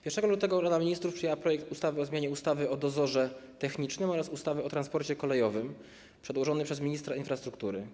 Dnia 1 lutego Rada Ministrów przyjęła projekt ustawy o zmianie ustawy o dozorze technicznym oraz ustawy o transporcie kolejowym przedłożony przez ministra infrastruktury.